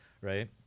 right